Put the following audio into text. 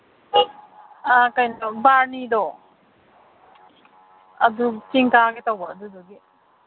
ꯑꯥ ꯀꯩꯅꯣ ꯕꯥꯔꯨꯅꯤꯗꯣ ꯑꯗꯨ ꯆꯤꯡ ꯀꯥꯒꯦ ꯇꯧꯕ ꯑꯗꯨꯗꯨꯒꯤ